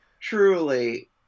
truly